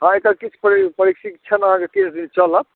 हाँ एकर किछु परि प्रशिक्षण अहाँकेँ किछु दिन चलत